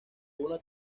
una